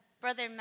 Brother